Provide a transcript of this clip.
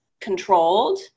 controlled